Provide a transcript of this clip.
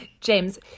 James